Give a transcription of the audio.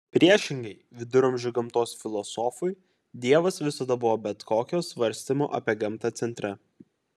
priešingai viduramžių gamtos filosofui dievas visada buvo bet kokio svarstymo apie gamtą centre